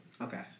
Okay